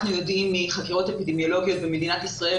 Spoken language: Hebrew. אנחנו יודעים מחקירות אפידמיולוגיות במדינת ישראל,